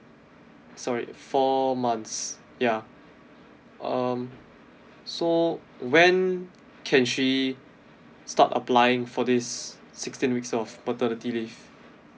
sorry four months yeah um so when can she start applying for this sixteen weeks of paternity leave